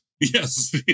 Yes